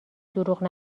دروغ